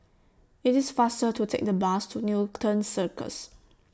IT IS faster to Take The Bus to Newton Circus